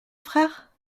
frère